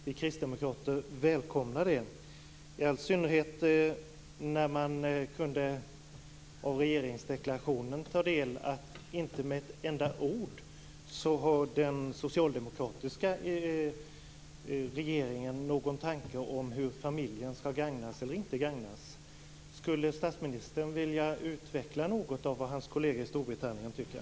Vi kristdemokrater välkomnar det, i all synnerhet när man av regeringsdeklarationen kunde ta del av att den socialdemokratiska regeringen inte har någon tanke om hur familjer skall gagnas eller inte gagnas. Skulle statsministern vilja utveckla något av vad hans kollega i Storbritannien tycker?